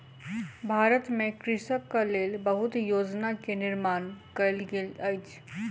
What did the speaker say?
भारत में कृषकक लेल बहुत योजना के निर्माण कयल गेल अछि